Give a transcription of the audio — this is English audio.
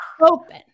open